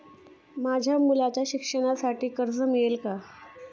माझ्या मुलाच्या शिक्षणासाठी कर्ज मिळेल काय?